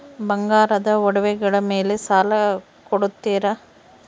ಬಂಗಾರದ ಒಡವೆಗಳ ಮೇಲೆ ಸಾಲ ಕೊಡುತ್ತೇರಾ?